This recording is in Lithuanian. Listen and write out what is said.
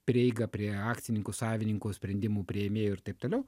prieiga prie akcininkų savininkų sprendimų priėmėjų ir taip toliau